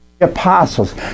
apostles